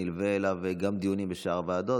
נלוו אליו גם דיונים בשאר הוועדות,